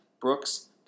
Brooks